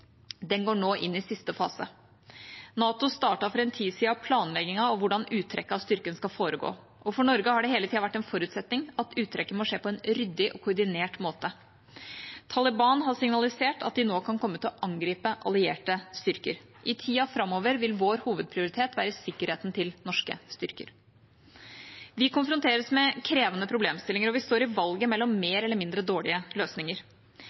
Den går nå inn i siste fase. NATO startet for en tid siden planleggingen av hvordan uttrekket av styrken skal foregå. For Norge har det hele tida vært en forutsetning at uttrekket må skje på en ryddig og koordinert måte. Taliban har signalisert at de nå kan komme til å angripe allierte styrker. I tida framover vil vår hovedprioritet være sikkerheten til norske styrker. Vi konfronteres med krevende problemstillinger, og vi står i valget mellom mer eller mindre dårlige løsninger.